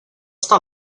està